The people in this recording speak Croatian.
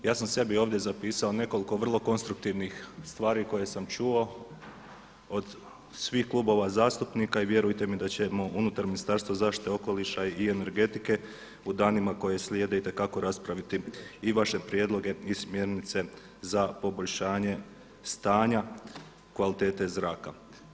Ja sam sebi ovdje zapisao nekoliko vrlo konstruktivnih stvari koje sam čuo od svih klubova zastupnika i vjerujte mi da ćemo unutar Ministarstva zaštite okoliša i energetike u danima koji slijede itekako raspraviti i vaše prijedloge i smjernice za poboljšanje stanja kvalitete zraka.